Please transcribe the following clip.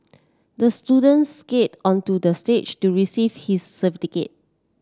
the student skated onto the stage to receive his